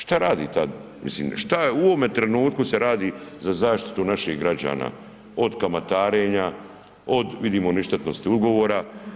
Šta radi ta, mislim šta u ovome trenutku se radi za zaštitu naših građana od kamatarenja, od vidimo ništetnosti ugovora?